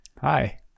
Hi